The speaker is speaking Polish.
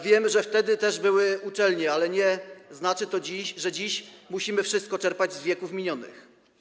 Wiem, że wtedy też były uczelnie, ale to nie znaczy, że dziś musimy wszystko czerpać z wieków minionych.